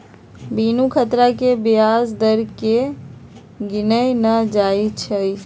बिनु खतरा के ब्याज दर केँ गिनल न जाइ छइ